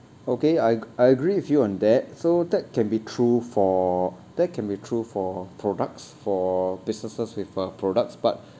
okay I I agree with you on that so that can be true for that can be true for products for businesses with uh products but